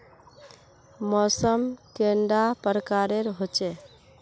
मौसम कैडा प्रकारेर होचे?